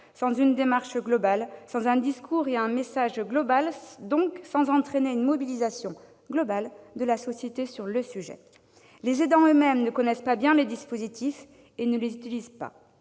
défini une démarche globale, sans tenir un discours global, donc sans entraîner une mobilisation globale de la société sur le sujet. Les aidants eux-mêmes ne connaissent pas bien les dispositifs et ne les utilisent pas.